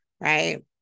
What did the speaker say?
right